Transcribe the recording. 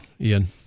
Ian